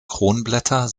kronblätter